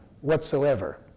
whatsoever